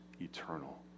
eternal